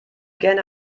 gerne